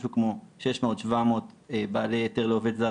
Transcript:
משהו כמו 600-700 בעלי היתר לעובד זר